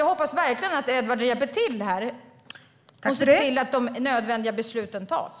Jag hoppas verkligen att Edward Riedl hjälper till här så att de nödvändiga besluten tas.